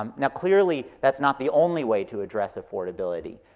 um now clearly, that's not the only way to address affordability,